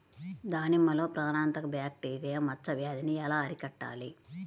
దానిమ్మలో ప్రాణాంతక బ్యాక్టీరియా మచ్చ వ్యాధినీ ఎలా అరికట్టాలి?